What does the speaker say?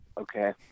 Okay